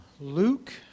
Luke